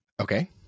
Okay